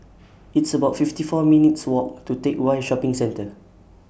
It's about fifty four minutes' Walk to Teck Whye Shopping Centre